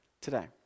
today